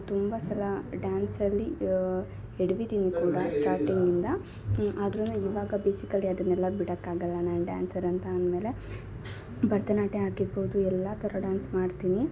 ತುಂಬಾ ಸಲ ಡ್ಯಾನ್ಸ್ಲ್ಲಿ ಎಡ್ವಿದ್ದೀನಿ ಕೂಡ ಸ್ಟಾರ್ಟಿಂಗ್ಯಿಂದ ಅದ್ರೂ ಇವಾಗ ಅದನ್ನು ನಾನು ಬೇಸಿಕಲಿ ಅದನ್ನೆಲ್ಲ ಬಿಡಕ್ಕಾಗಲ್ಲ ನಾನು ಡ್ಯಾನ್ಸರ್ ಅಂತ ಅಂದ್ಮೇಲೆ ಭರ್ತನಾಟ್ಯ ಆಗಿರ್ಬೌದು ಎಲ್ಲಾ ಥರ ಡ್ಯಾನ್ಸ್ ಮಾಡ್ತೀನಿ